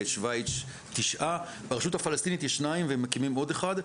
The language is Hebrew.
בשוויץ יש 9. אפילו ברשות הפלסטינית יש 2 והם מקימים עוד אחד,